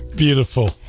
beautiful